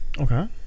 Okay